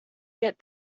get